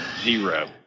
Zero